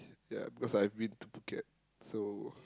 ya because I've been to Phuket so